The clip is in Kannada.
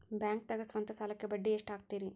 ಬ್ಯಾಂಕ್ದಾಗ ಸ್ವಂತ ಸಾಲಕ್ಕೆ ಬಡ್ಡಿ ಎಷ್ಟ್ ಹಕ್ತಾರಿ?